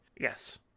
Yes